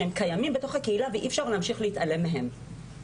שהם קיימים בתוך הקהילה ואי אפשר להמשיך להתעלם מהם.